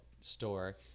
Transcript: store